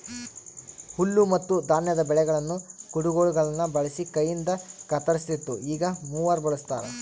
ಹುಲ್ಲುಮತ್ತುಧಾನ್ಯದ ಬೆಳೆಗಳನ್ನು ಕುಡಗೋಲುಗುಳ್ನ ಬಳಸಿ ಕೈಯಿಂದಕತ್ತರಿಸ್ತಿತ್ತು ಈಗ ಮೂವರ್ ಬಳಸ್ತಾರ